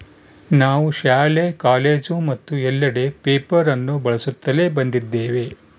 ನಾವು ಶಾಲೆ, ಕಾಲೇಜು ಮತ್ತು ಎಲ್ಲೆಡೆ ಪೇಪರ್ ಅನ್ನು ಬಳಸುತ್ತಲೇ ಬಂದಿದ್ದೇವೆ